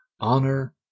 honor